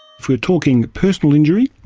if we're talking personal injury,